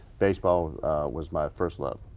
baseball was my first love.